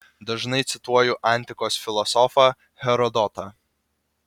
dažnai cituoju antikos filosofą herodotą